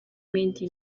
made